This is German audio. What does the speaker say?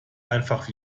einfach